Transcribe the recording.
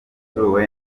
true